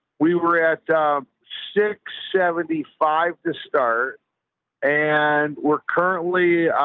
we were at a six seventy five to start and we're currently,